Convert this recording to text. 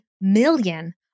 million